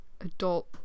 adult